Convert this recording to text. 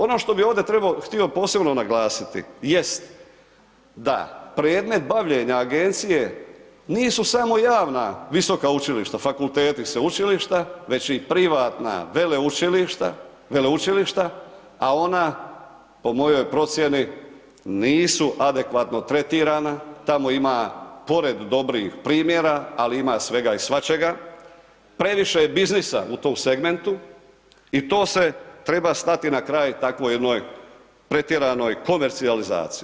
Ono što bi ovdje htio posebno naglasiti jest da predmet bavljenja agencije nisu samo javna visoka učilišta, fakulteti i sveučilišta već i privatna veleučilišta a ona po mojoj procjeni nisu adekvatno tretirana, tamo ima pored dobrih primjera ali ima svega i svačega, previše je biznisa u tom segmentu i tom se treba stati na kraj takvoj jednoj pretjeranoj komercijalizaciji.